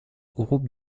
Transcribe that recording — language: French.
groupes